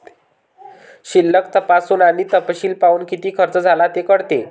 शिल्लक तपासून आणि तपशील पाहून, किती खर्च झाला हे कळते